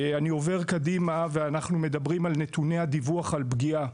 אנחנו מדברים על נתוני הדיווח על פגיעה.